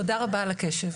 תודה רבה על הקשב.